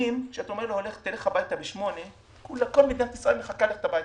כשאתה אומר לחולה תלך הביתה ב-20:00 כל מדינת ישראל מחכה ללכת הביתה,